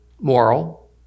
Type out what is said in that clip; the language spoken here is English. moral